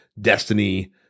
destiny